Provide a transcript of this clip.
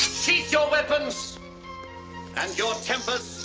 sheathe your weapons and your tempers.